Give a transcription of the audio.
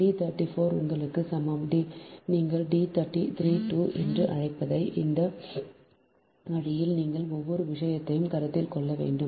D 34 உங்களுக்கு சமம் நீங்கள் D 3 2 என்று அழைப்பதை இந்த வழியில் நீங்கள் ஒவ்வொரு விஷயத்தையும் கருத்தில் கொள்ள வேண்டும்